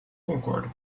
concordo